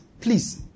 please